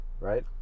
right